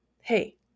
hey